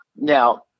Now